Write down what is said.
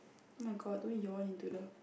oh-my-god don't yawn into the